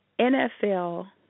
NFL